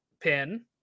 pin